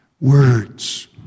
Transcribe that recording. Words